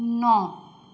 ਨੌ